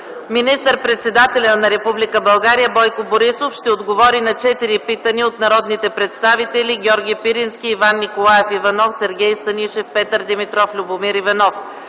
Министър-председателят на Република България Бойко Борисов ще отговори на четири питания от народните представители Георги Пирински, Иван Николаев Иванов, Сергей Станишев и Петър Димитров, и Любомир Иванов.